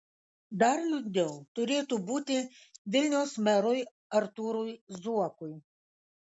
dar liūdniau turėtų būti vilniaus merui artūrui zuokui